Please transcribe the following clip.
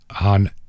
on